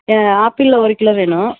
ஆப்பிளில் ஒரு கிலோ வேணும்